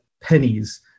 pennies